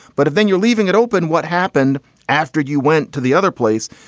but then you're leaving it open. what happened after you went to the other place?